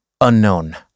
unknown